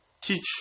teach